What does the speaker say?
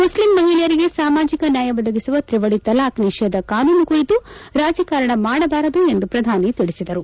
Muslim ಮಹಿಳೆಯರಿಗೆ ಸಾಮಾಜಿಕ ನ್ನಾಯ ಒದಗಿಸುವ ತ್ರಿವಳಿ ತಲಾಖ್ ನಿಷೇಧ ಕಾನೂನು ಕುರಿತು ರಾಜಕಾರಣ ಮಾಡಬಾರದು ಎಂದು ಪ್ರಧಾನಿ ತಿಳಿಸಿದರು